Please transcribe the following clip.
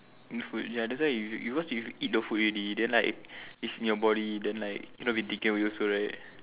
oh food ya that's why you you because you eat the food already then like it's in your body then like cannot be taken away also right